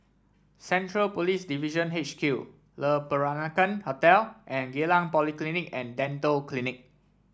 Central Police Division H Q Le Peranakan Hotel and Geylang Polyclinic and Dental Clinic